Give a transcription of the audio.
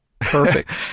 perfect